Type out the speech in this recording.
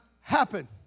happen